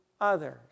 others